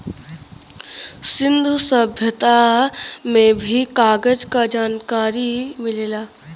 सिंन्धु सभ्यता में भी कागज क जनकारी मिलेला